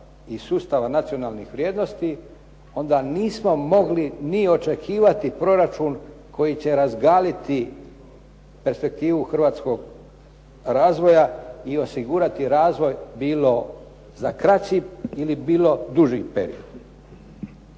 i sustava nacionalnih vrijednosti, onda nismo mogli ni očekivati proračun koji će razgaliti perspektivu hrvatskog razvoja i osigurati razvoj bilo za kraći ili bilo duži period.